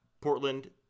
Portland